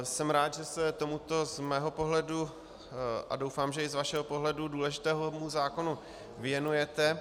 Jsem rád, že se tomuto z mého pohledu, a doufám, že i z vašeho pohledu důležitému zákonu, věnujete.